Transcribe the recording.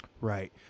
Right